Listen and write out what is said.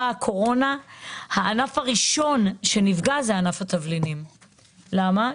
הענף הראשון שנפגע בקורונה זה ענף התבלינים, למה?